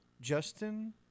Justin